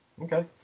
Okay